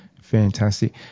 fantastic